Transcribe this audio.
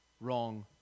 wrong